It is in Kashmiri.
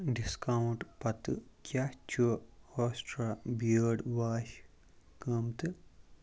ڈِسکاوُنٛٹ پتہٕ کیٛاہ چھُ ہوسٹرٛا بِیٲڈ واش قۭمتہٕ